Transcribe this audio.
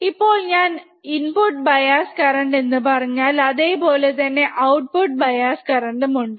ഇപ്പോ ഞാൻ input bias കറന്റ്എന്നുപറഞ്ഞാൽ അതേപോലെ തന്നെ ഔട്ട്പുട് ബിയസ്കറണ്ടും ഉണ്ട്